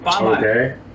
Okay